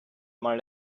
mal